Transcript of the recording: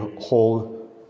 whole